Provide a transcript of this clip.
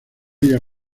ella